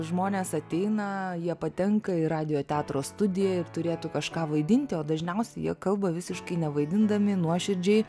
žmonės ateina jie patenka į radijo teatro studiją ir turėtų kažką vaidinti o dažniausiai jie kalba visiškai nevaidindami nuoširdžiai